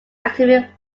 academic